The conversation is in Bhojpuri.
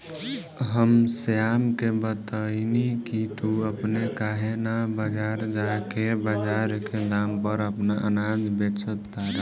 हम श्याम के बतएनी की तू अपने काहे ना बजार जा के बजार के दाम पर आपन अनाज बेच तारा